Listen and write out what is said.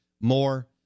more